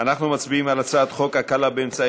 אנחנו מצביעים על הצעת חוק הקלה באמצעי